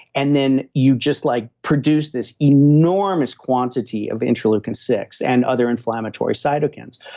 and then you just like produce this enormous quantity of interleukin six, and other inflammatory cytokines.